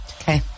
Okay